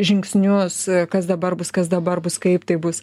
žingsnius kas dabar bus kas dabar bus kaip tai bus